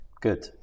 Good